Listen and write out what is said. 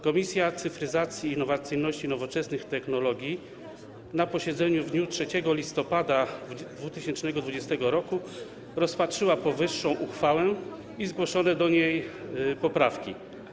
Komisja Cyfryzacji, Innowacyjności i Nowoczesnych Technologii na posiedzeniu w dniu 3 listopada 2020 r. rozpatrzyła powyższą uchwałę i zgłoszone do niej poprawki.